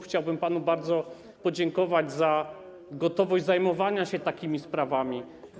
Chciałbym panu bardzo podziękować za gotowość zajmowania się takimi sprawami.